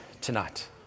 tonight